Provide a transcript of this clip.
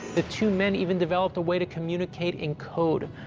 the two men even developed a way to communicate in code,